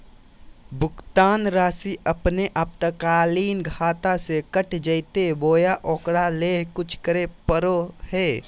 भुक्तान रासि अपने आपातकालीन खाता से कट जैतैय बोया ओकरा ले कुछ करे परो है?